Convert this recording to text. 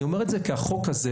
אני אומר את זה כי החוק הזה,